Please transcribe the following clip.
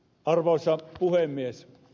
arvoisa puhemies